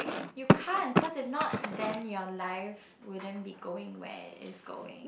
you can't because if not then your life wouldn't be going where is going